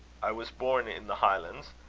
i was born in the highlands.